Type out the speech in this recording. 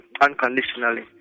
unconditionally